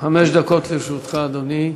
חמש דקות לרשותך, אדוני.